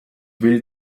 will